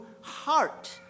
heart